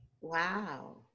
Wow